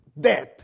death